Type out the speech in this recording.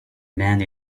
men